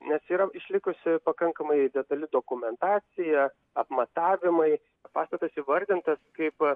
nes yra išlikusi pakankamai detali dokumentacija apmatavimai pastatas įvardintas kaip